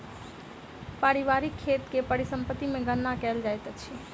पारिवारिक खेत के परिसम्पत्ति मे गणना कयल जाइत अछि